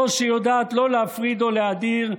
זו שיודעת לא להפריד או להדיר,